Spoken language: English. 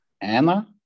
Anna